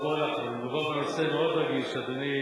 מדובר בנושא מאוד רגיש, אדוני